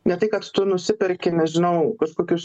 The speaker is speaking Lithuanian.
ne tai kad tu nusiperki nežinau kokius